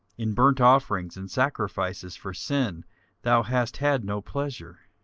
in burnt offerings and sacrifices for sin thou hast had no pleasure.